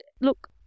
look